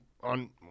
on